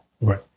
Right